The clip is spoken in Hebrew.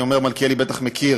מלכיאלי בטח מכיר,